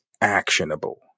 actionable